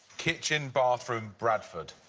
kitchen, bathroom, bradford.